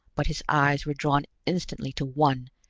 but his eyes were drawn instantly to one,